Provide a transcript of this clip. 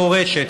את ערכי המורשת,